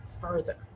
further